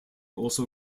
also